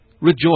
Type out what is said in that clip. Rejoice